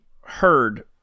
heard